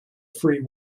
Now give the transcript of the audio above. free